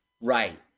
Right